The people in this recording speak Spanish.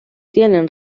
tienen